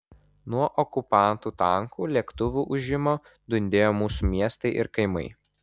nuo okupantų tankų lėktuvų ūžimo dundėjo mūsų miestai ir kaimai